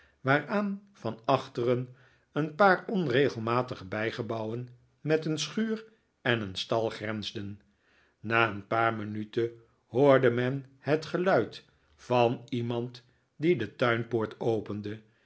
waaraan van achteren een paar onregelmatige bijgebouwen met een schuur en een stal grensden na een paar minuten hoorde men het geluid van iemand die de tuinpoort opende